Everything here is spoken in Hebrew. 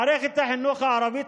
מערכת החינוך הערבית